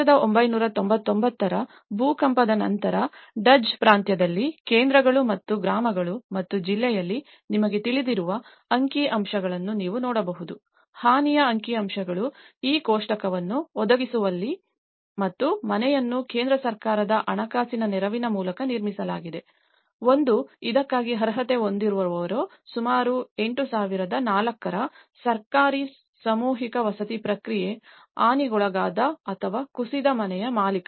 1999 ರ ಭೂಕಂಪದ ನಂತರ ಡಜ್ ಪ್ರಾಂತ್ಯದಲ್ಲಿ ಕೇಂದ್ರಗಳು ಮತ್ತು ಗ್ರಾಮಗಳು ಮತ್ತು ಜಿಲ್ಲೆಯಲ್ಲಿ ನಿಮಗೆ ತಿಳಿದಿರುವ ಅಂಕಿಅಂಶಗಳನ್ನು ನೀವು ನೋಡಬಹುದು ಹಾನಿಯ ಅಂಕಿಅಂಶಗಳು ಈ ಕೋಷ್ಟಕವನ್ನು ಒದಗಿಸುವಲ್ಲಿವೆ ಮತ್ತು ಮನೆಯನ್ನು ಕೇಂದ್ರ ಸರ್ಕಾರದ ಹಣಕಾಸಿನ ನೆರವಿನ ಮೂಲಕ ನಿರ್ಮಿಸಲಾಗಿದೆ ಒಂದು ಇದಕ್ಕಾಗಿ ಅರ್ಹತೆ ಹೊಂದಿರುವವರು ಸುಮಾರು 8004 ರ ಸರ್ಕಾರಿ ಸಾಮೂಹಿಕ ವಸತಿ ಪ್ರಕ್ರಿಯೆ ಹಾನಿಗೊಳಗಾದ ಅಥವಾ ಕುಸಿದ ಮನೆಯ ಮಾಲೀಕರೇ